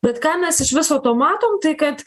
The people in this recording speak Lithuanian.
bet ką mes iš viso to matom tai kad